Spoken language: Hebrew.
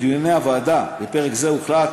בדיוני הוועדה בפרק זה הוחלט,